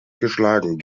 geschlagen